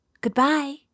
Goodbye